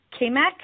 KMAC